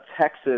Texas